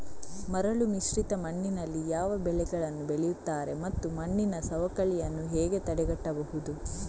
ಮರಳುಮಿಶ್ರಿತ ಮಣ್ಣಿನಲ್ಲಿ ಯಾವ ಬೆಳೆಗಳನ್ನು ಬೆಳೆಯುತ್ತಾರೆ ಮತ್ತು ಮಣ್ಣಿನ ಸವಕಳಿಯನ್ನು ಹೇಗೆ ತಡೆಗಟ್ಟಬಹುದು?